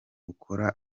ukora